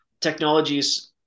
technologies